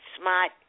smart